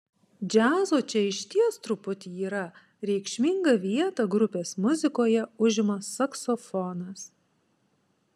džiazo čia išties truputį yra reikšmingą vietą grupės muzikoje užima saksofonas